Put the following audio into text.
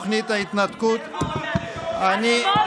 השמאל